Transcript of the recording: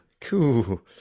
Cool